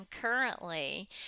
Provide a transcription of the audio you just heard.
currently